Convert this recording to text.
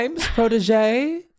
protege